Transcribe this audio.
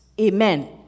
Amen